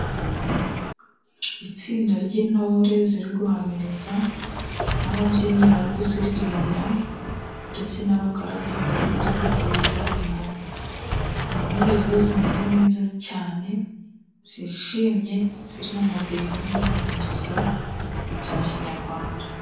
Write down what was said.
Itsinda ry'intore ziri guhamiriza, n'ababyinnyi bari kuziririmbira, ndetse n'abakaraza bari kuzivugiriza ingoma. Ni intore rero zimeze neza cyane zishimye, ziri mu mudiho n'umuhamirizo bya kinyarwanda.